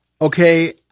Okay